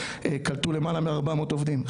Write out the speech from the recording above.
קלטו למעלה מ- 400 עובדים.